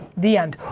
the end.